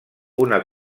una